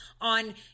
on